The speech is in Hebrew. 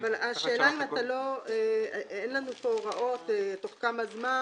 השאלה, האם אין לנו הוראות בתוך כמה זמן?